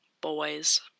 boys